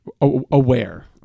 Aware